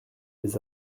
les